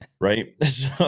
right